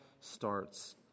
starts